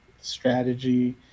strategy